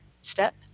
step